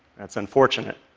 that's unfortunate.